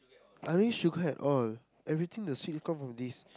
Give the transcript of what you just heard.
I really sugar at all everything the sweet come from this